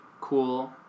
cool